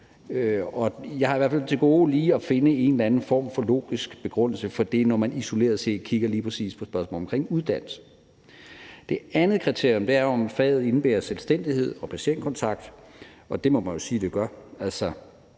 Jeg har i hvert fald til gode lige at finde en eller anden form for logisk begrundelse for det, når man isoleret set kigger lige præcis på spørgsmålet om uddannelse. Det andet kriterium er, om faget indebærer selvstændighed og patientkontakt, og det må man jo sige, at det gør.